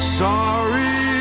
sorry